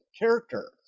character